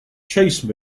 chase